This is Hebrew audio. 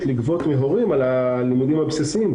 לגבות מהורים על הלימודים הבסיסיים.